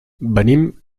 venim